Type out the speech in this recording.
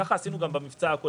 כך עשינו גם במבצע הקודם,